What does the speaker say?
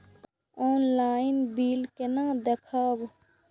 Online bill केना देखब?